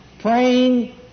praying